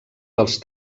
dels